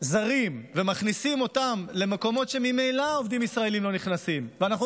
זרים ומכניסים אותם למקומות שממילא עובדים ישראלים לא נכנסים אליהם,